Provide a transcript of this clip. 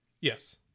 yes